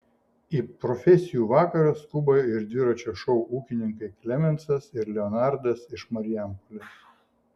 į profesijų vakarą skuba ir dviračio šou ūkininkai klemensas ir leonardas iš marijampolės